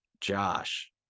Josh